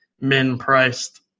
min-priced